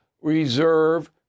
reserve